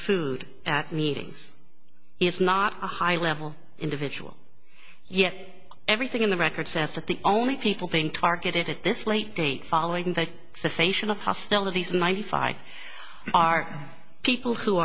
food at meetings he is not a high level individual yet everything in the record says that the only people being targeted at this late date following the cessation of hostilities ninety five are people who